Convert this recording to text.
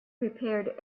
prepared